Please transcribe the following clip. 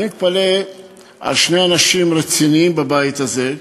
אני מתפלא על שני אנשים רציניים בבית הזה,